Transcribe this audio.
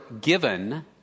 given